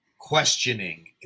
Questioning